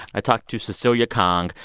i talked to cecilia kang.